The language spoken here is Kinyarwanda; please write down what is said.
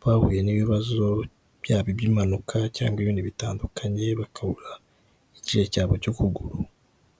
bahuye n'ibibazo byaba iby'impanuka cyangwa ibintuindi bitandukanye bakabura igice cyabo cy'ukuguru.